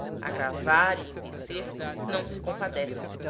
ag gravar, e empecer nao se compadecem.